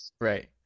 Right